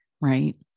right